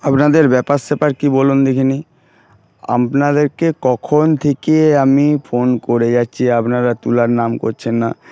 আপনাদের ব্যাপার স্যাপার কি বলুন দেখিনি আপনাদেরকে কখন থেকে আমি ফোন করে যাচ্ছি আপনারা তুলার নাম করছেন না